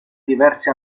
diversi